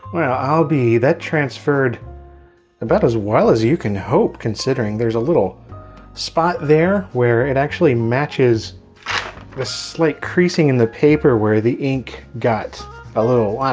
well i'll be that transferred about as well as you can hope, considering there's a little spot there where it actually matches a slight creasing in the paper where the ink got a little ah